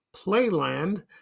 Playland